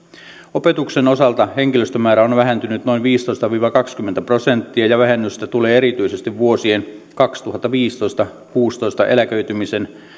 opetuksen osalta henkilöstön määrä on on vähentynyt noin viisitoista viiva kaksikymmentä prosenttia ja vähennystä tulee erityisesti vuosien kaksituhattaviisitoista viiva kuusitoista eläköitymisen